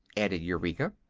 added eureka.